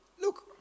look